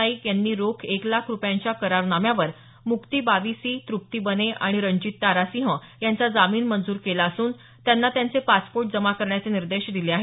नाईक यांनी रोख एक लाख रुपयांच्या करारनाम्यावर मुक्ती बाविसी त्रप्ती बने आणि रणजीत तारा सिंह यांचा जामीन मंजूर केला असून त्यांना त्यांचे पासपोर्ट जमा करण्याचे निर्देश दिले आहेत